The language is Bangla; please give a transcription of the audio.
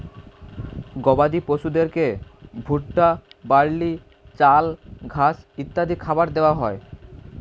গবাদি পশুদেরকে ভুট্টা, বার্লি, চাল, ঘাস ইত্যাদি খাবার দেওয়া হয়